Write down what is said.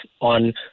on